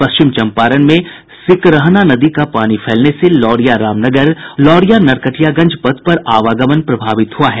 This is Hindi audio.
पश्चिम चंपारण में सिकरहना नदी का पानी फैलने से लौरिया रामनगर और लौरिया नरकटियागंज पथ पर आवागमन प्रभावित हुआ है